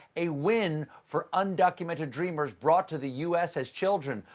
a win for undocumented dreamers brought to the u s. as children.